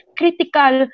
critical